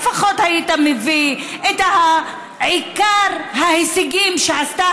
לפחות היית מביא את עיקר ההישגים שעשתה